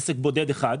עסק בודד אחד,